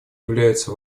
являются